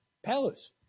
Palace